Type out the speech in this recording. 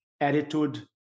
attitude